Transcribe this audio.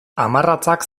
hamarratzak